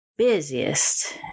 busiest